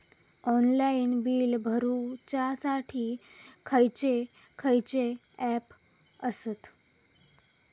Online bill भरुच्यासाठी खयचे खयचे ऍप आसत?